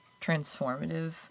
transformative